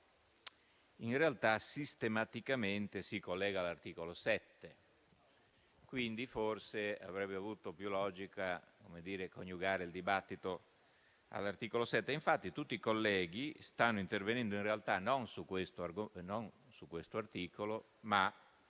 sistematicamente si collega all'articolo 7. Quindi, forse avrebbe avuto più logica coniugare il dibattito all'articolo 7. Infatti, tutti i colleghi stanno intervenendo in realtà non su questo articolo, ma